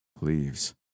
Leaves